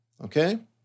okay